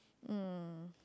mm